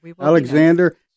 Alexander